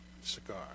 cigar